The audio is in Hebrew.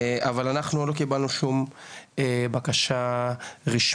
אבל אנחנו לא קיבלנו שום בקשה רשמית.